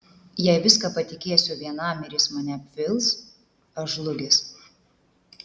jei viską patikėsiu vienam ir jis mane apvils aš žlugęs